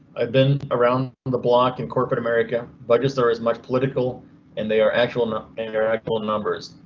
i've been around the block in corporate america. budget store is much political and they're actually not interactable numbers.